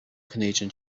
canadian